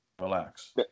relax